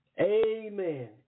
Amen